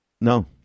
No